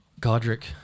Godric